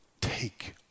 Take